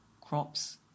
crops